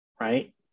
right